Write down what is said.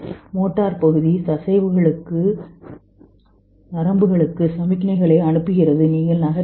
motor பகுதி தசைகளுக்கு நரம்புகளுக்கு சமிக்ஞைகளை அனுப்புகிறது நீங்கள் நகருங்கள்